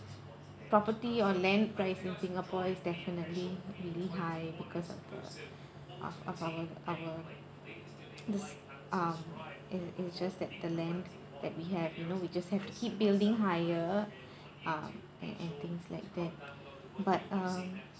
property or land price in singapore is definitely really high because of the of of our our this uh in~ interest that the land that we have you know we just have to keep building higher uh a~ and things like that but um